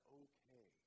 okay